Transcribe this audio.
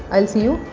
i'll see you!